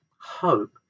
hope